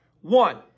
One